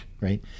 right